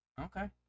Okay